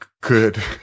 good